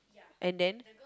and then